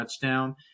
touchdown